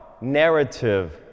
narrative